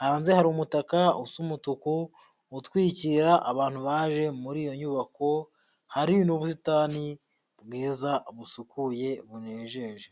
hanze hari umutaka usa umutuku, utwikira abantu baje muri iyo nyubako, hari n'ubusitani bwiza busukuye, bunejeje.